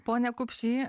pone kupšį